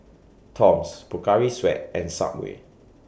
Toms Pocari Sweat and Subway